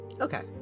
Okay